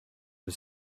his